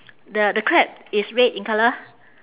the the crab is red in colour